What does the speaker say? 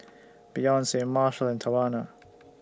Beyonce Marshall and Tawanna